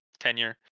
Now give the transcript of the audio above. Tenure